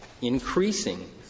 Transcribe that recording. increasing